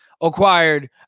acquired